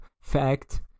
fact